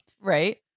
Right